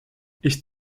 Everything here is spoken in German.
ich